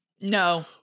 No